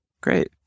Great